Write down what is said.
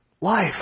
life